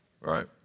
right